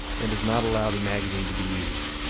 and does not allow the magazine to be used.